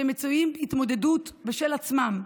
שמצויים בהתמודדות משל עצמם,